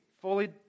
fully